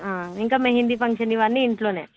ఇంకా మెహంది ఫంక్షన్ ఇవన్నీ ఇంట్లో